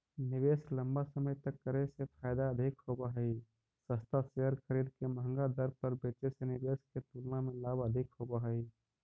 निवेश लंबा समय तक करे से फायदा अधिक होव हई, सस्ता शेयर खरीद के महंगा दर पर बेचे से निवेश के तुलना में लाभ अधिक होव हई